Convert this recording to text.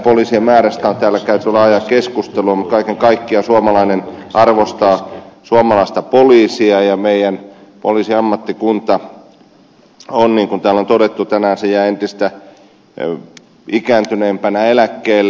poliisien määrästä on täällä käyty laajaa keskustelua mutta kaiken kaikkiaan suomalainen arvostaa suomalaista poliisia ja meidän poliisin ammattikunta niin kuin täällä on todettu tänään jää entistä ikääntyneempänä eläkkeelle